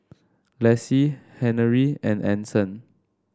Laci Henery and Anson